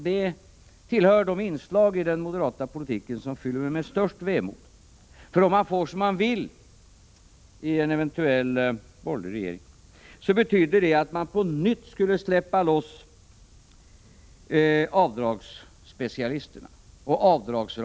Detta tillhör de inslag i den moderata politiken som fyller mig med störst vemod. Om man får som man vill i en eventuell borgerlig regering betyder det nämligen att avdragsspecialisterna och avdragsraseriet på nytt skulle släppas loss.